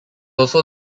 also